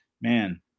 man